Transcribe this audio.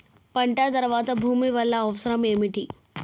పంట తర్వాత భూమి వల్ల అవసరం ఏమిటి?